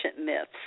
myths